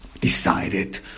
decided